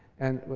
and